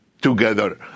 together